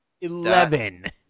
Eleven